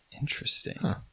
Interesting